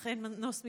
אך אין מנוס מלאומרן.